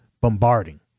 bombarding